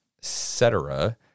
cetera